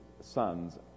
sons